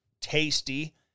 tasty